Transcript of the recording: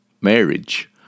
Marriage